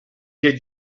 had